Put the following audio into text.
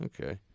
Okay